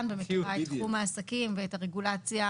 ומכירה את תחום העסקים ואת הרגולציה.